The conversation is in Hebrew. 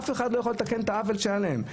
אף אחד לא יכול לתקן את העוול שהיה להם.